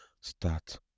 Start